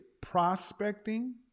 prospecting